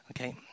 Okay